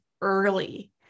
early